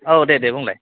औ दे दे बुंलाय